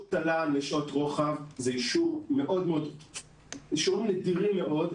אישורי תל"ן לשעות רוחב אלו אישורים נדירים מאוד,